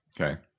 Okay